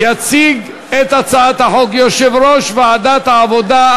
יציג את הצעת החוק יושב-ראש ועדת העבודה,